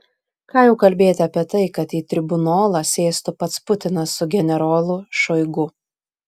ką jau kalbėti apie tai kad į tribunolą sėstų pats putinas su generolu šoigu